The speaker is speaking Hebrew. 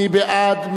מי בעד?